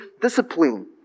discipline